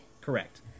Correct